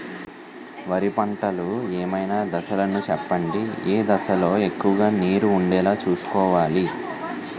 వరిలో పంటలు ఏమైన దశ లను చెప్పండి? ఏ దశ లొ ఎక్కువుగా నీరు వుండేలా చుస్కోవలి?